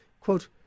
Quote